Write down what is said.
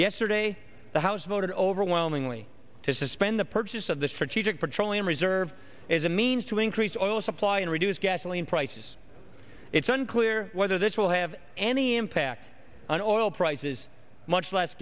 yesterday the house voted overwhelmingly to suspend the purchase of the strategic petroleum reserve is a means to increase oil supply and reduce gasoline prices it's unclear whether this will have any impact on oil prices much less